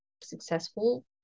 successful